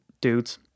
dudes